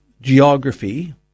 geography